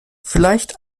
vielleicht